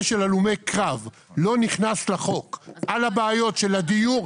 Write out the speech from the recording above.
של הלומי הקרב לא נכנס לחוק על הנושא של הדיור,